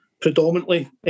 predominantly